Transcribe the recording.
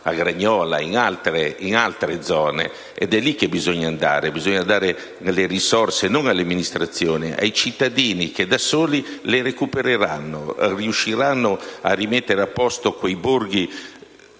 a Gragnola e in altre zone, ed è lì - ripeto - che bisogna andare. Occorre dare le risorse non alle amministrazioni ma ai cittadini che, da soli, le recupereranno e riusciranno a rimettere a posto quei borghi